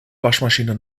waschmaschine